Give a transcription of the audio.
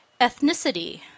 Ethnicity